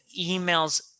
emails